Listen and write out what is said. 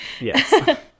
Yes